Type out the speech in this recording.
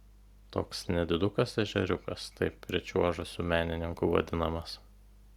toks nedidukas ežeriukas taip pričiuožusių menininkų vadinamas